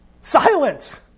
Silence